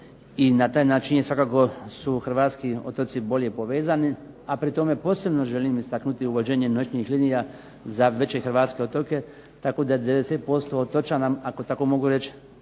i na taj način je svakako su hrvatski otoci bolje povezani, a pri tome posebno želim istaknuti uvođenje noćnih linija za veće hrvatske otoke, tako da 90% otočana, ako tako mogu reći